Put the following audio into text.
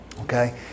okay